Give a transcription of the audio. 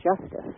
justice